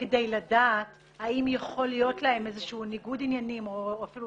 כדי לדעת האם יכול להיות להם איזשהו ניגוד עניינים או אולי אפילו,